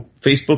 Facebook